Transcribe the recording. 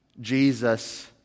Jesus